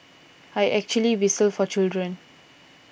I actually whistle for children